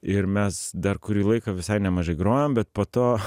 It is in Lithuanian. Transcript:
ir mes dar kurį laiką visai nemažai grojom bet po to